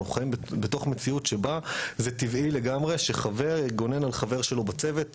אנחנו חיים בתוך מציאות שבה זה טבעי לגמרי שחבר יגונן על חבר שלו בצוות.